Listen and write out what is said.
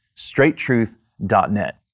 straighttruth.net